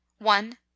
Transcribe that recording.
One